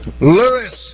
Lewis